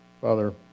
Father